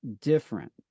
different